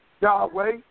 Yahweh